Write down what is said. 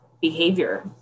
behavior